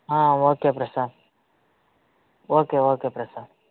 okay Prasad okay okay Prasad